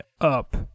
up